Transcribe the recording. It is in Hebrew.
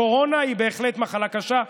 הקורונה היא בהחלט מחלה קשה.